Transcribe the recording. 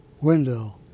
window